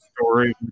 story